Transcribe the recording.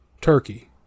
turkey